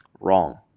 Wrong